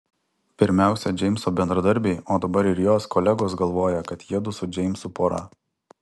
pirmiausia džeimso bendradarbiai o dabar ir jos kolegos galvoja kad jiedu su džeimsu pora